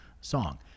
song